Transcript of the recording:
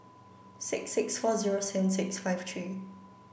six six four zero seven six five three